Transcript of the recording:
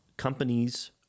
Companies